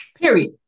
Period